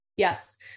Yes